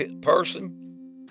person